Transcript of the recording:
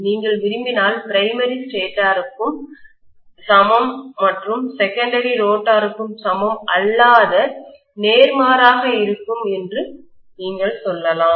நீங்கள் விரும்பினால் பிரைமரி ஸ்டேட்டருக்கு சமம் மற்றும் செகண்டரி ரோட்டருக்கு சமம் அல்லது நேர்மாறாக இருக்கும் என்று நீங்கள் சொல்லலாம்